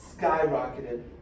skyrocketed